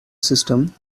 system